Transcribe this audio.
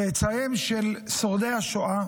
צאצאיהם של שורדי השואה